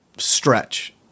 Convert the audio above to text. Stretch